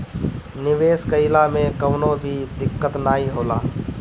निवेश कइला मे कवनो भी दिक्कत नाइ होला